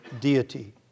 deity